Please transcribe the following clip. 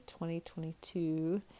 2022